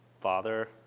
Father